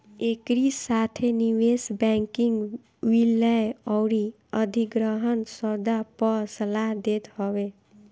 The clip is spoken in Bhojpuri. एकरी साथे निवेश बैंकिंग विलय अउरी अधिग्रहण सौदा पअ सलाह देत हवे